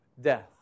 death